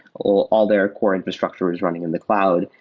all all their core infrastructure is running in the cloud.